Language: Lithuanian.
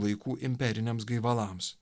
laikų imperiniams gaivalams